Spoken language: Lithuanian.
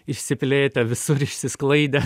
išsiplėtę visur išsisklaidę